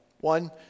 One